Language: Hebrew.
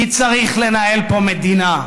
כי צריך לנהל פה מדינה.